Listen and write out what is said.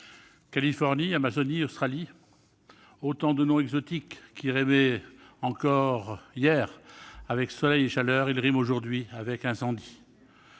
Californie, Amazonie, Australie, autant de noms exotiques qui rimaient hier encore avec soleil et chaleur. Ils riment aujourd'hui avec incendies.